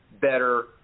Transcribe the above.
better